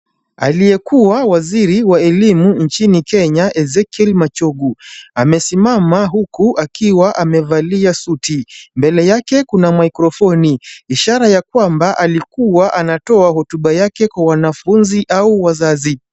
Aliyekuwa waziri wa elimu nchini Kenya Ezekiel Machogu amesimama huku akiwa amevalia suti. Mbele yake kuna microphone ishara ya kwamba alikuwa anatoa hotuba yake kwa wanafunzi au wazazi.